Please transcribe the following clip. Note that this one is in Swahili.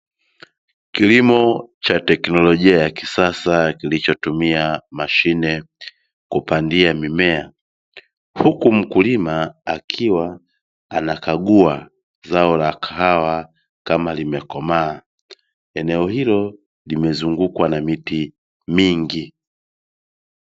Kilimo cha teknolojia ya kisasa kilichotumia mashine kupandia mimea, huku mkulima akiwa anakagua zao la kahawa kama limekomaa. Eneo hilo limezungukwa na miti mingi.